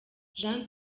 jean